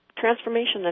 transformation